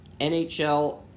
NHL